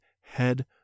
head